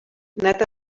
nat